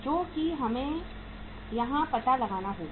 जो कि हमें यहां पता लगाना होगा